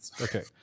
Okay